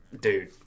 dude